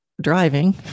driving